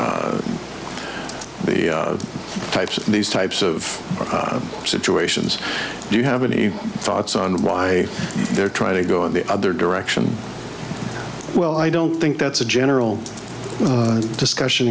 e types of these types of situations do you have any thoughts on why they're trying to go in the other direction well i don't think that's a general discussion